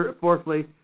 fourthly